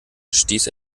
stieß